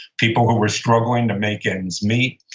people who were struggling to make ends meet.